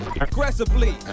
Aggressively